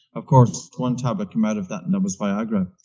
of course, one tablet came out of that, and that was viagra.